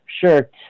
sure